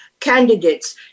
candidates